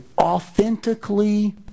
authentically